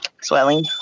swelling